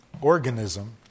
organism